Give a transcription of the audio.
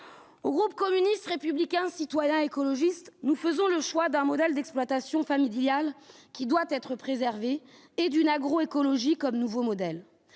au groupe communiste, républicain, citoyen et écologiste, nous faisons le choix d'un modèle d'exploitation familiale qui doit être préservé et d'une agro-écologie comme nouveau modèle,